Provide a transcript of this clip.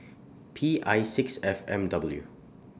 P I six F M W